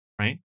right